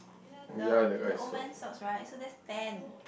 the the old man socks right so that's ten